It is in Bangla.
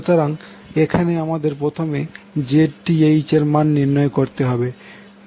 সুতরাং এখানে আমাদের প্রথম ZTℎ এর মান নির্ণয় করতে হবে